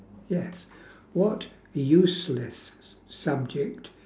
yes what useless subject